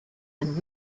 and